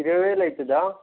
ఇరవై వేలు అవుతుందా